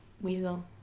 Weasel